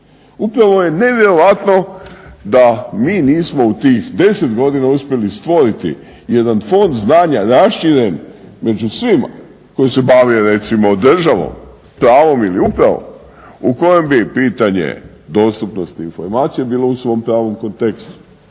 Upravo je nevjerojatno da mi nismo u tih 10 godina uspjeli stvoriti jedan fond znanja raširen među svima koji se bave recimo državom, pravom ili upravom u kojem bi pitanje dostupnosti informacija bilo u svom pravom kontekstu